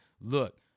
Look